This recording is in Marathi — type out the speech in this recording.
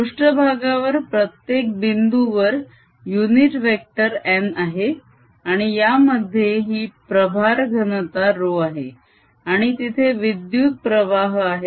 पृष्ट्भागावर प्रत्येक बिंदू वर युनिट वेक्टर n आहे आणि यामध्ये ही प्रभार घनता ρ आहे आणि तिथे विद्युत प्रवाह आहेत